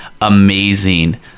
amazing